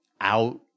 out